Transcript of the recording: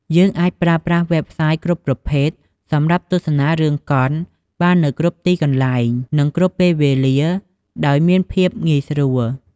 យើងអាចប្រើប្រាស់វេបសាយគ្រប់ប្រភេទសម្រាប់ទស្សនារឿងកុនបាននៅគ្រប់ទីកន្លែង នឹងគ្រប់ពេលវេលាដោយមានភាពងាយស្រួល។